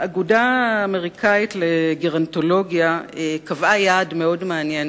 האגודה האמריקנית לגרונטולוגיה קבעה יעד מאוד מעניין,